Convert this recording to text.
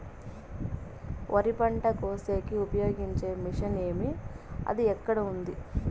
వరి పంట కోసేకి ఉపయోగించే మిషన్ ఏమి అది ఎక్కడ ఉంది?